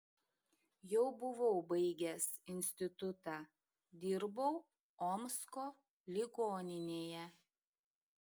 jau buvau baigęs institutą dirbau omsko ligoninėje